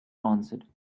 answered